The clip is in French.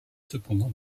cependant